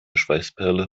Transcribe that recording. schweißperle